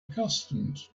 accustomed